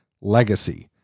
legacy